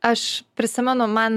aš prisimenu man